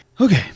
Okay